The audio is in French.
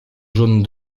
jaune